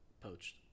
Poached